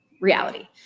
reality